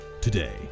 today